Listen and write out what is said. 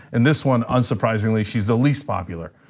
and this one, unsurprisingly, she's the least popular.